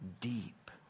deep